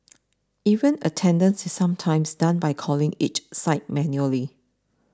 even attendance is sometimes done by calling each site manually